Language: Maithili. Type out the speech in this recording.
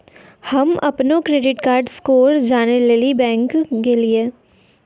हम्म अपनो क्रेडिट कार्ड स्कोर जानै लेली बैंक गेलियै